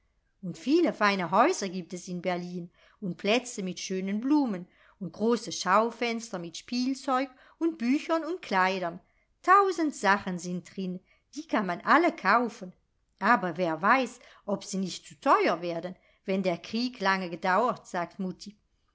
und viele feine häuser gibt es in berlin und plätze mit schönen blumen und große schaufenster mit spielzeug und büchern und kleidern tausend sachen sind drin die kann man alle kaufen aber wer weiß ob sie nicht zu teuer werden wenn der krieg lange dauert sagt